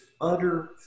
utter